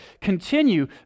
Continue